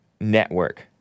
network